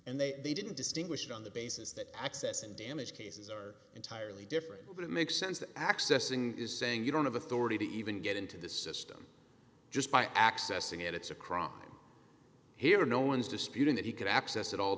and they didn't distinguish on the basis that access and damage cases are entirely different but it makes sense that accessing is saying you don't have authority to even get into the system just by accessing it it's a crime here no one is disputing that he could access it all